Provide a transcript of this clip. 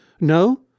No